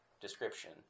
description